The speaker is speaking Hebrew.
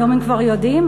היום הם כבר יודעים.